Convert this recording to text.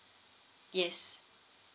yes